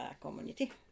community